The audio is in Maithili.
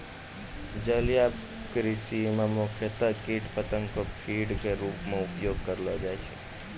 जलीय कृषि मॅ मुख्यतया कीट पतंगा कॅ फीड के रूप मॅ उपयोग करलो जाय छै